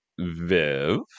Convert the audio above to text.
Viv